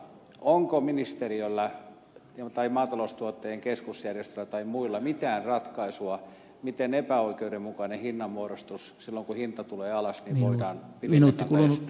onko ministeriöllä tai maataloustuottajien keskusjärjestöllä tai muilla mitään ratkaisua miten epäoikeudenmukainen hinnanmuodostus silloin kun hinta tulee alas voidaan estää